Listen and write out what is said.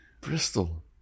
Bristol